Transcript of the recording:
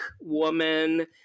woman